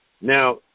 Now